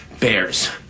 Bears